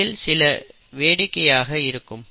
இதில் சில வேடிக்கையாக இருக்கும்